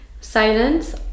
Silence